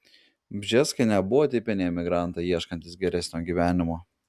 bžeskai nebuvo tipiniai emigrantai ieškantys geresnio gyvenimo